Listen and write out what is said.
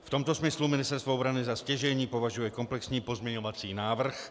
V tomto smyslu Ministerstvo obrany za stěžejní považuje komplexní pozměňovací návrh.